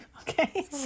okay